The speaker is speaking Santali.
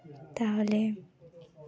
ᱛᱟᱦᱚᱞᱮ